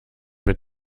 mit